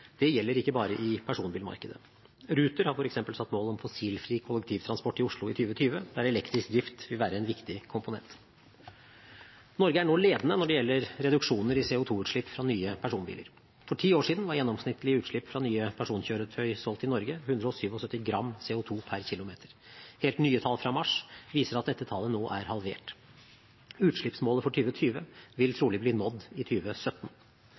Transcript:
Det gjelder ikke bare i personbilmarkedet. Ruter har for eksempel satt mål om fossilfri kollektivtransport i Oslo i 2020, der elektrisk drift vil være en viktig komponent. Norge er nå ledende når det gjelder reduksjoner i CO2-utslipp fra nye personbiler. For ti år siden var gjennomsnittlige utslipp fra nye personkjøretøy solgt i Norge 177 gram CO2 per kilometer. Helt nye tall fra mars viser at dette tallet nå er halvert. Utslippsmålet for 2020 vil trolig bli nådd i